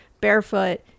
barefoot